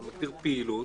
אתה מגדיר פעילות,